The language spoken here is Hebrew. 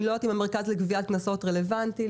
אני לא יודעת אם המרכז לגביית קנסות רלוונטי.